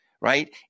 right